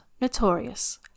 Notorious